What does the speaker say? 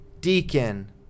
Deacon